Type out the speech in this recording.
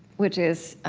which is